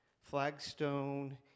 Flagstone